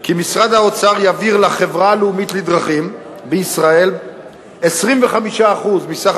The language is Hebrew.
כי משרד האוצר יעביר לחברה הלאומית לדרכים בישראל 25% מסך